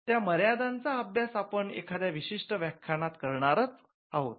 त्या मर्यादांचा अभ्यास आपण एखाद्या विशिष्ट व्याख्यानात करणारच आहोत